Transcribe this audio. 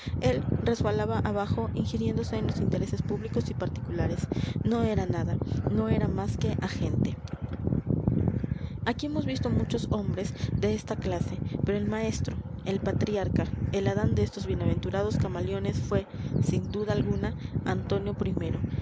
él resbalaba abajo injiriéndose en los intereses públicos y particulares no era nada no era más que agente aquí hemos visto muchos hombres de esta clase pero el maestro el patriarca el adán de estos bien aventurados camaleones fue sin duda alguna antonio